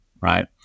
right